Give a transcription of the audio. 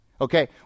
Okay